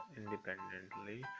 independently